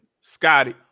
Scotty